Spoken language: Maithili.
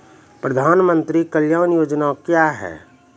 प्रधानमंत्री कल्याण योजना क्या हैं?